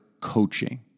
coaching